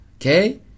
okay